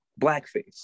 blackface